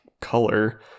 Color